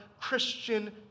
Christian